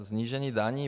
Snížení daní.